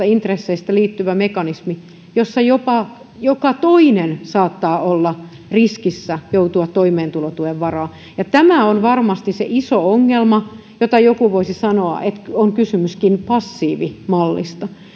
intresseihin liittyvä mekanismi jossa jopa joka toinen saattaa olla riskissä joutua toimeentulotuen varaan tämä on varmasti se iso ongelma ja joku voisi sanoa että onkin kysymys passiivimallista